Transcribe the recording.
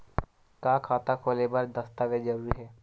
का खाता खोले बर दस्तावेज जरूरी हे?